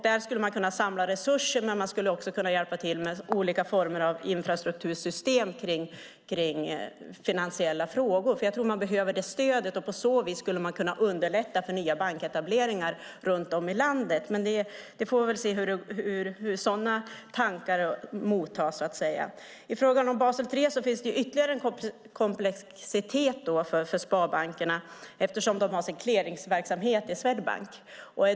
Där skulle man kunna samla resurser, men man skulle också kunna hjälpa till med olika former av infrastruktursystem kring finansiella frågor. Jag tror att man behöver detta stöd. På det sättet skulle man kunna underlätta för nya banketableringar runt om i landet. Men vi får se hur sådana tankar mottas. I fråga om Basel 3 finns det ytterligare en komplexitet för sparbankerna eftersom de har sin clearingverksamhet i Swedbank.